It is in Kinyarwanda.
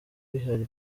bihari